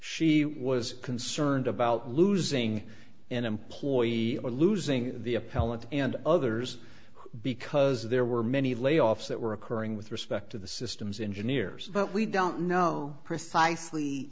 she was concerned about losing an employee or losing the appellant and others because there were many layoffs that were occurring with respect to the systems engineers but we don't know precisely